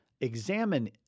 examine